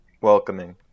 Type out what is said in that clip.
welcoming